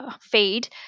feed